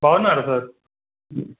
బావున్నారా సార్